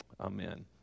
Amen